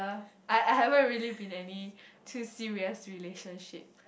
I I haven't really been any too serious relationship